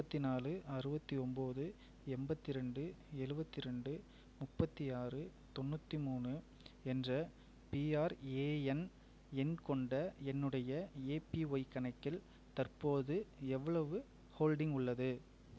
ஐம்பத்தினாலு அறுபத்தி ஒம்பது எண்பத்திரெண்டு எழுபத்ரெண்டு முப்பத்தி ஆறு தொண்ணூற்றி மூணு என்ற பிஆர்எஎன் எண் கொண்ட என்னுடைய ஏபிஒய் கணக்கில் தற்போது எவ்வளவு ஹோல்டிங் உள்ளது